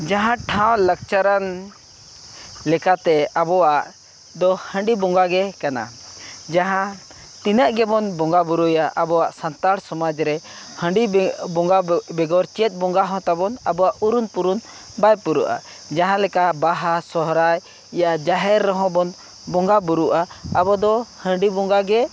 ᱡᱟᱦᱟᱸ ᱴᱷᱟᱶ ᱞᱟᱠᱪᱟᱨᱟᱱ ᱞᱮᱠᱟᱛᱮ ᱟᱵᱚᱣᱟᱜ ᱫᱚ ᱦᱟᱺᱰᱤ ᱵᱚᱸᱜᱟᱜᱮ ᱠᱟᱱᱟ ᱡᱟᱦᱟᱸ ᱛᱤᱱᱟᱹᱜ ᱜᱮᱵᱚᱱ ᱵᱚᱸᱜᱟ ᱵᱩᱨᱩᱭᱟ ᱟᱵᱚᱣᱟᱜ ᱥᱟᱱᱛᱟᱲ ᱥᱚᱢᱟᱡᱽ ᱨᱮ ᱦᱟᱺᱰᱤ ᱵᱮ ᱵᱚᱸᱜᱟ ᱵᱮᱜᱚᱨ ᱪᱮᱫ ᱵᱚᱸᱜᱟ ᱦᱚᱸ ᱛᱟᱵᱚᱱ ᱟᱵᱚᱣᱟᱜ ᱩᱨᱩᱱ ᱯᱩᱨᱩᱱ ᱵᱟᱭ ᱯᱩᱨᱟᱹᱜᱼᱟ ᱡᱟᱦᱟᱸ ᱞᱮᱠᱟ ᱵᱟᱦᱟ ᱥᱚᱦᱨᱟᱭ ᱤᱭᱟᱹ ᱡᱟᱦᱮᱨ ᱨᱮᱦᱚᱸ ᱵᱚᱱ ᱵᱚᱸᱜᱟ ᱵᱳᱨᱳᱜᱼᱟ ᱟᱵᱚ ᱫᱚ ᱦᱟᱺᱰᱤ ᱵᱚᱸᱜᱟᱜᱮ